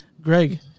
Greg